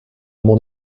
mon